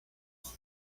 son